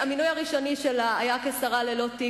המינוי הראשון שלה היה לשרה ללא תיק,